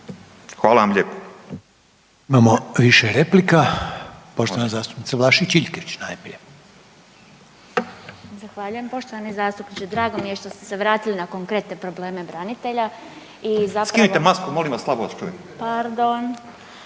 Hvala vam lijepo.